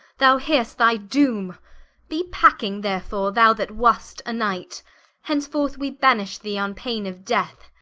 thou hear'st thy doom be packing therefore, thou that was't a knight henceforth we banish thee on paine of death.